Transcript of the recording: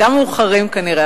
גם מאוחרים כנראה,